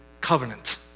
covenant